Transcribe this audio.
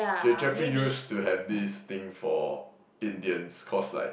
J~ Jeffrey used to have this thing for Indians cause like